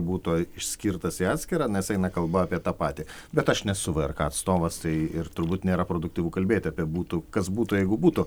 būtų išskirtas į atskirą nes eina kalba apie tą patį bet aš nesu vrk atstovas tai ir turbūt nėra produktyvu kalbėti apie būtų kas būtų jeigu būtų